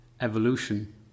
evolution